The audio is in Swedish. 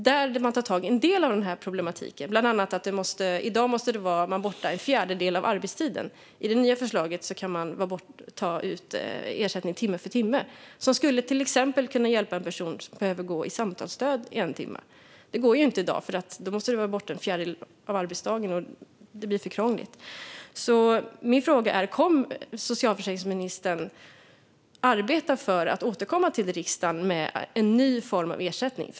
Där tar man tag i en del av problematiken, bland annat att man i dag måste vara borta en fjärdedel av arbetstiden. Enligt det nya förslaget kan man ta ut ersättning timme för timme. Det skulle till exempel kunna hjälpa en person som behöver gå i samtalsstöd i en timme. Det går ju inte i dag, för man måste vara borta en fjärdedel av arbetsdagen. Det blir för krångligt. Min fråga är: Kommer socialförsäkringsministern att arbeta för att återkomma till riksdagen med en ny form av ersättning?